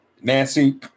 Nancy